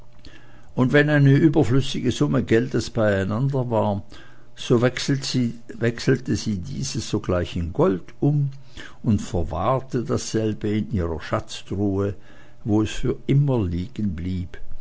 und wenn eine überflüssige summe geldes beieinander war so wechselte sie dieses sogleich in gold um und verwahrte dasselbe in ihrer schatztruhe wo es für immer